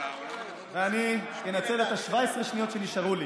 אני אנצל את 17 השניות שנשארו לי